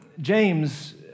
James